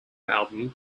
album